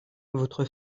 votre